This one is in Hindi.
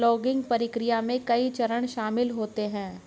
लॉगिंग प्रक्रिया में कई चरण शामिल होते है